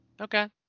Okay